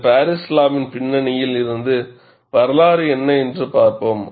இந்த பாரிஸ் லாவின் பின்னணியில் இருந்த வரலாறு என்ன என்று பார்ப்போம்